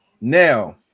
now